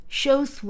shows